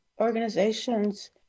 organizations